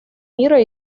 мира